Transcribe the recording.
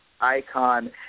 icon